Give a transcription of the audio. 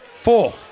Four